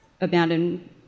Abandoned